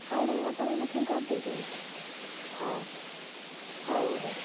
ହଉ ହଉ ଆପଣ ବୁକିଂ କରିଦେଇଥାନ୍ତୁ ହଁ ହଉ ହଉ